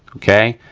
okay.